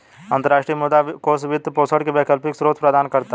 अंतर्राष्ट्रीय मुद्रा कोष वित्त पोषण के वैकल्पिक स्रोत प्रदान करता है